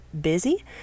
busy